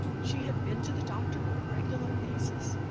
she had been to the doctor on a regular basis,